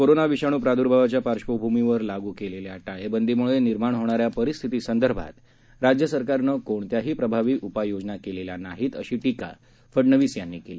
corona विषाणू प्राद्र्भावाच्या पार्श्वभूमीवर लागू केलेल्या टाळेबंदीमुळे निर्माण होणाऱ्या परिस्थितीसंदर्भात राज्य सरकारनं कोणत्याही प्रभावी उपाययोजना केलेल्या नाहीत अशी टीका फडनवीस यांनी केली